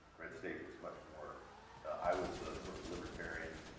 red state is much more i was the sort of libertarian,